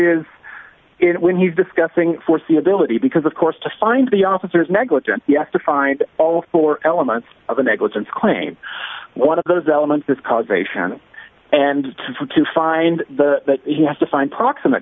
is it when he's discussing foreseeability because of course to find the officers negligent yes to find all four elements of a negligence claim one of those elements this causation and for to find the he has to find proximate